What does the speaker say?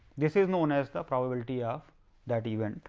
this is known as the probability of that event.